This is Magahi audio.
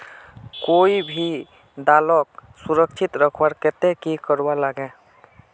कोई भी दालोक सुरक्षित रखवार केते की करवार लगे?